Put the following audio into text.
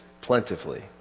plentifully